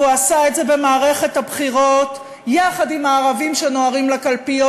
והוא עשה את זה במערכת הבחירות יחד עם הערבים שנוהרים לקלפיות.